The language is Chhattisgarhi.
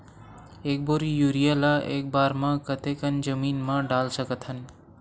एक बोरी यूरिया ल एक बार म कते कन जमीन म डाल सकत हन?